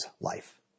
life